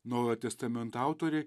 naujojo testamento autoriai